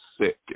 sick